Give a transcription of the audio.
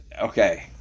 Okay